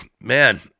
Man